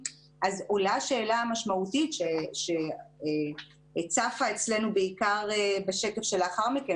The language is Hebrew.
עולה השאלה המשמעותית שצפה אצלנו בעיקר בשקף שלאחר מכן